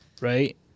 Right